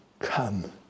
Come